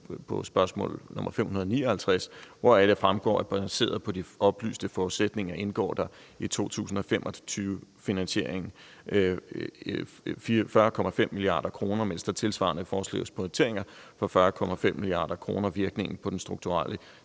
på spørgsmål nr. 559, hvoraf det fremgår, at baseret på de oplyste forudsætninger indgår der i 2025-finansieringen 40,5 mia. kr., mens der tilsvarende foreslås prioriteringer for 40,5 mia. kr. Virkningen på den strukturelle